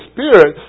Spirit